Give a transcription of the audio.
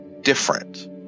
different